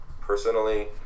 personally